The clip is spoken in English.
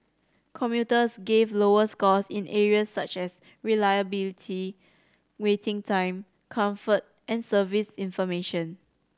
commuters gave lower scores in areas such as reliability waiting time comfort and service information